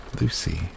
Lucy